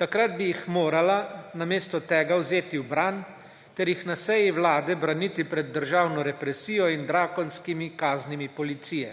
Takrat bi jih morala namesto tega vzeti v bran ter jih na seji Vlade braniti pred državno represijo in drakonskimi kaznimi policije.